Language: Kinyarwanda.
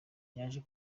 yaje